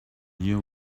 year